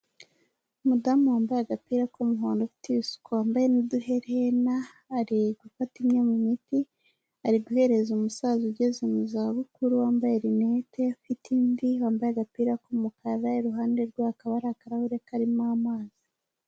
Umudamu wambaye agapira k'umuhondo ufite ibisuko n'uduherehena ari gufata imwe mu miti ari guhereza umusaza ugeze mu za bukuru wambaye lunete ufite imvi wambaye agapira k'umukara iruhande rwe akaba hari akahure karimo amazi.